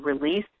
released